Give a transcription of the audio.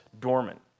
dormant